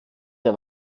der